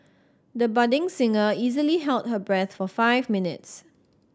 the budding singer easily held her breath for five minutes